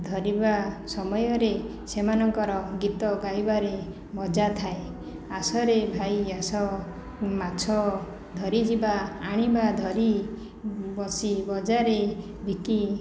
ଧରିବା ସମୟରେ ସେମାନଙ୍କର ଗୀତ ଗାଇବାରେ ମଜା ଥାଏ ଆସ ରେ ଭାଇ ଆସ ମାଛ ଧରି ଯିବା ଆଣିବା ଧରି ବସି ବଜାରେ ବିକି